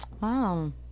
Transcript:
Wow